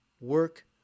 work